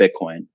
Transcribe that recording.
Bitcoin